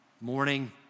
morning